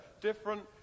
different